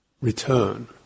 return